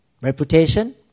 Reputation